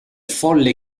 folle